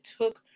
took